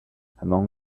among